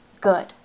good